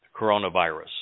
coronavirus